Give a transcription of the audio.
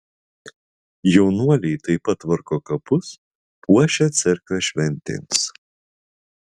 jaunuoliai taip pat tvarko kapus puošia cerkvę šventėms